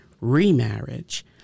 remarriage